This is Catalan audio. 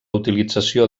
utilització